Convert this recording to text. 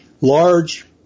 large